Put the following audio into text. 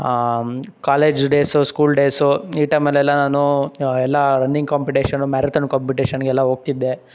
college days school days ಈ ಟೈಮಲ್ಲೆಲ್ಲ ನಾನು ಎಲ್ಲ ರನ್ನಿಂಗ್ ಕಾಂಪಿಟೇಷನು ಮ್ಯಾರತನ್ ಕಾಂಪಿಟೇಷನ್ಗೆಲ್ಲ ಹೋಗ್ತಿದ್ದೆ